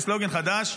יש סלוגן חדש: